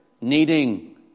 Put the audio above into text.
needing